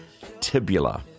tibula